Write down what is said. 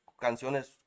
canciones